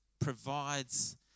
provides